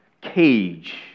cage